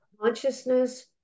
consciousness